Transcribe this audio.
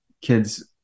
kids